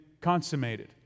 consummated